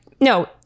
no